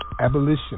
Abolition